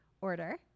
order